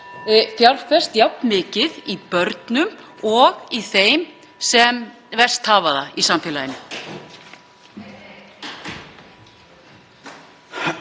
fjárfest jafn mikið í börnum og í þeim sem verst hafa það í samfélaginu